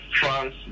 France